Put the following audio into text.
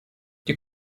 die